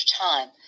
time